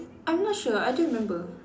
I'm not sure I don't remember